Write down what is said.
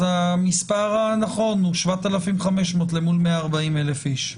אז המספר הנכון הוא 7,500 למול 140,000 איש.